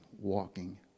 walking